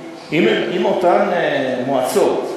אם אותן מועצות,